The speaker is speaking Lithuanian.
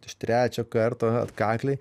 iš trečio karto atkakliai